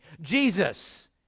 Jesus